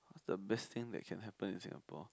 what's the best thing that can happen in Singapore